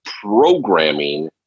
programming